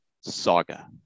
saga